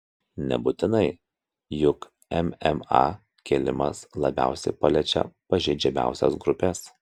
nebūtinai juk mma kėlimas labiausiai paliečia pažeidžiamiausias grupes